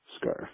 scarf